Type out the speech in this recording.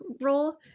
role